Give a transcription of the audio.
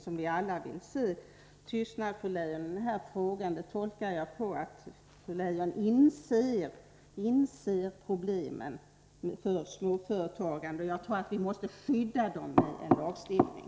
Fru Leijons tystnad i den här frågan tolkar jag så, att hon dock inser problemen för småföretagarna. Jag tror att vi måste skydda dessa genom lagstiftning.